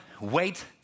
wait